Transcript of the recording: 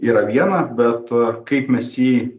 yra viena bet kaip mes jį